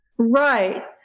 Right